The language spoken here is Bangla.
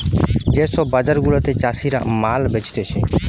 যে সব বাজার গুলাতে চাষীরা মাল বেচতিছে